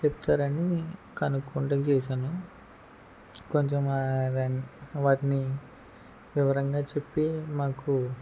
చెప్తారని కనుక్కుండేకి చేసాను కొంచెం ఆరెన్ వాటిని వివరంగా చెప్పి మాకు